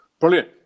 brilliant